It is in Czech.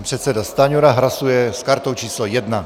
Pan předseda Stanjura hlasuje s kartou číslo 1.